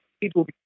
people